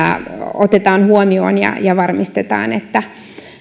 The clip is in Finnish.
otetaan huomioon ja ja varmistetaan että